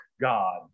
God